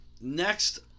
next